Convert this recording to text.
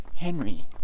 Henry